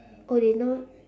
oh they now